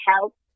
help